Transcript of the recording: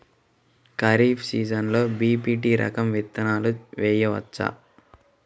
ఖరీఫ్ సీజన్లో బి.పీ.టీ రకం విత్తనాలు వేయవచ్చా?